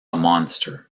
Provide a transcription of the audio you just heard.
monster